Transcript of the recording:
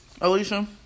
Alicia